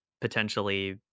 potentially